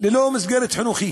הם ללא מסגרת חינוכית.